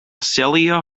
celia